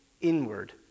inward